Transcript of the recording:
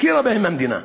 הכירה בהם המדינה.